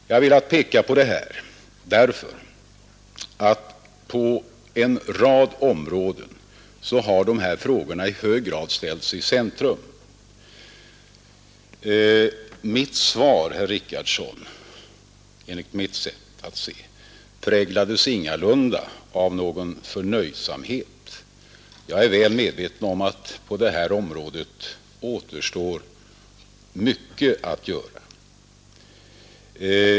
Jag har velat peka på detta därför att på en rad områden har dessa frågor i hög grad ställts i centrum. Mitt svar, herr Richardson, präglades enligt mitt sätt att se ingalunda av någon förnöjsamhet. Jag är väl medveten om att på detta område återstår mycket att göra.